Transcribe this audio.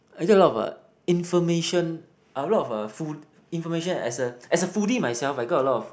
I get a lot of uh information a lot of uh food information as a as a foodie myself I got a lot of